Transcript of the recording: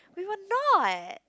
we were not